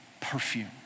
perfume